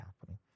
happening